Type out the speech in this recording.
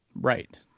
right